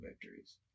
victories